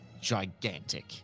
gigantic